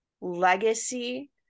legacy